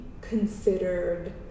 considered